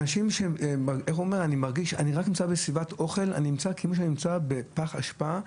אנשים שכשהם נמצאים בסביבת אוכל מרגישים בפח אשפה.